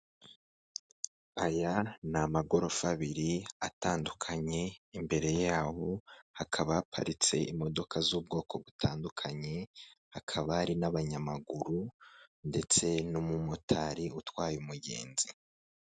Aya ni amagorofa abiri atandukanye imbere yayo hakaba haparitse imodoka z'ubwoko butandukanye hakaba hari n'abanyamaguru ndetse n'umumotari utwaye umugenzi .